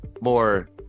more